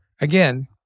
again